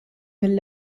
mill